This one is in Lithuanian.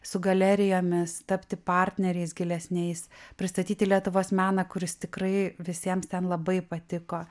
su galerijomis tapti partneriais gilesniais pristatyti lietuvos meną kuris tikrai visiems ten labai patiko